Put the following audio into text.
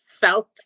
felt